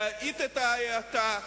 להאט את ההאטה